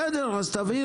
בסדר, אז תבהיר.